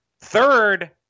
Third